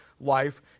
life